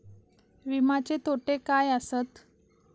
विमाचे तोटे काय आसत?